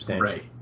right